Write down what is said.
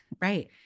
Right